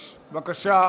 בבקשה.